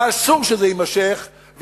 ואסור שזה יימשך,